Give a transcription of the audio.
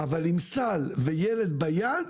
אבל עם סל וילד על היד,